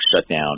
shutdown